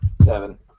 Seven